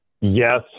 Yes